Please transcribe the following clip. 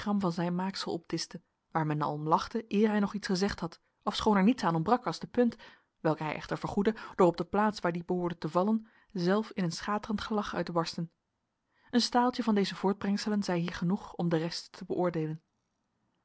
van zijn maaksel opdischte waar men al om lachte eer hij nog iets gezegd had ofschoon er niets aan ontbrak als de punt welke hij echter vergoedde door op de plaats waar die behoorde te vallen zelf in een schaterend gelach uit te barsten een staaltje van deze voortbrengselen zij hier genoeg om de rest te beoordeelen